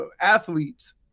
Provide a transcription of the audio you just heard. athletes